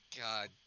God